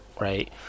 right